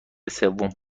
سوم